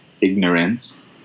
ignorance